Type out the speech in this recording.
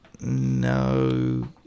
No